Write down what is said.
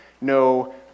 no